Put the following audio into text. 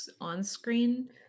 on-screen